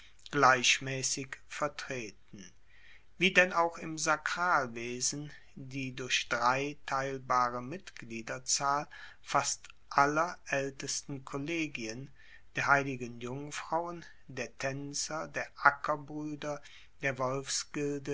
gleichmaessig vertreten wie denn auch im sakralwesen die durch drei teilbare mitgliederzahl fast aller aeltesten kollegien der heiligen jungfrauen der taenzer der ackerbrueder der